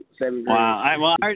Wow